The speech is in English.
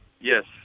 Yes